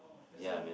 ya man